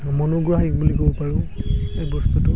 মনোগ্ৰাহী বুলি ক'ব পাৰোঁ এই বস্তুটো